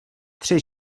tři